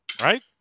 right